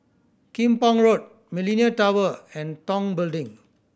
Kim Pong Road Millenia Tower and Tong Building